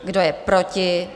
Kdo je proti?